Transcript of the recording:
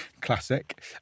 Classic